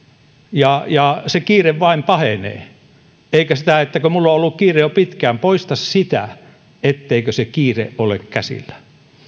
ja ja se kiire vain pahenee eikä se että minulla on ollut kiire jo pitkään poista sitä etteikö se kiire ole käsillä